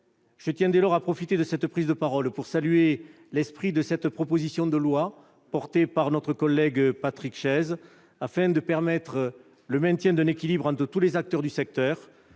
Je tiens dès lors à profiter de cette prise de parole pour saluer l'esprit de cette proposition de loi portée par notre collègue Patrick Chaize : permettre le maintien d'un équilibre entre tous les acteurs du secteur,